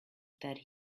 that